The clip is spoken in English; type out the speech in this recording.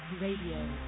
RADIO